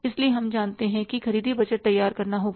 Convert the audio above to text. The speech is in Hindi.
इसलिए हम जानते हैं कि खरीदी बजट तैयार होगा